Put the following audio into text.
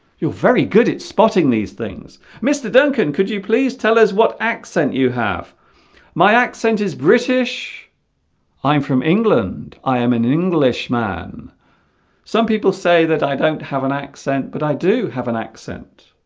you're very good at spotting these things mr. duncan could you please tell us what accent you have my accent is british i'm from england i am an english man some people say that i don't have an accent but i do have an accent